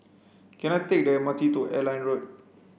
can I take the M R T to Airline Road